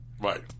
Right